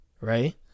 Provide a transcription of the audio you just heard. right